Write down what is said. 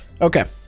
Okay